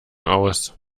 aus